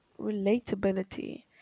Relatability